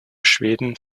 schweden